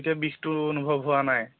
এতিয়া বিষটো অনুভৱ হোৱা নাই